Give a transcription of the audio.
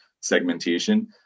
segmentation